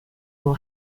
will